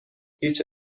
هیچ